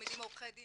מעמידים עורכי דין